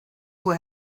who